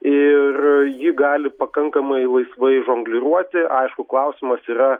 ir ji gali pakankamai laisvai žongliruoti aišku klausimas yra